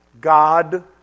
god